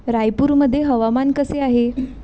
रायपूरमध्ये हवामान कसे आहे